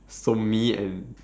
so me and